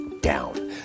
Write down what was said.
down